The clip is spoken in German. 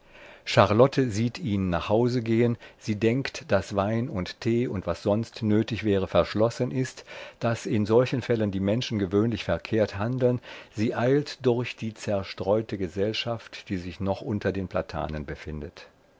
charlotte sieht ihn nach hause gehen sie denkt daß wein und tee und was sonst nötig wäre verschlossen ist daß in solchen fällen die menschen gewöhnlich verkehrt handeln sie eilt durch die zerstreute gesellschaft die sich noch unter den platanen befindet